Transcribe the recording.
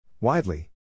Widely